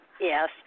Yes